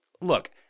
Look